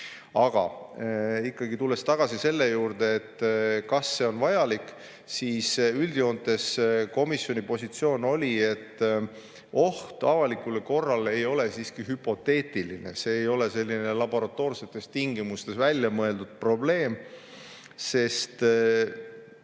veel teha. Tulles tagasi selle juurde, kas see on vajalik, siis üldjoontes komisjoni positsioon oli, et oht avalikule korrale ei ole hüpoteetiline. See ei ole selline laboratoorsetes tingimustes välja mõeldud probleem, sest